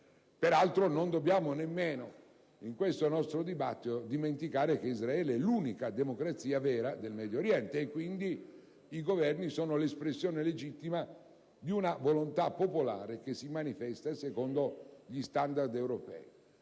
Peraltro non dobbiamo nemmeno, in questo nostro dibattito, dimenticare che Israele è l'unica democrazia vera del Medio Oriente, dove i Governi sono l'espressione legittima di una volontà popolare che si manifesta secondo gli standard europei.